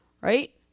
Right